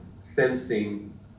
sensing